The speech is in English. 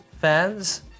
fans